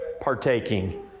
partaking